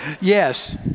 yes